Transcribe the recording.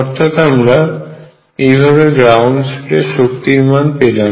অর্থাৎ আমরা এইভাবে গ্রাউন্ড স্টেটে শক্তির মান পেলাম